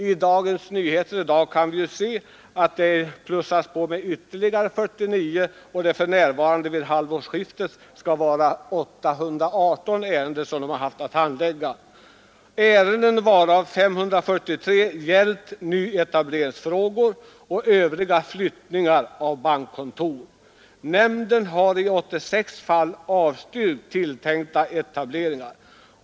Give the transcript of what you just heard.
I Dagens Nyheter i dag kan vi se att antalet plussades på med ytterligare 49 fram till halvårsskiftet i år, och summan var alltså då 818 ärenden. Av dessa har 543 gällt nyetableringsfrågor och övriga flyttningar av bankkontor. Nämnden har i 86 fall avstyrkt tilltänkta etableringar.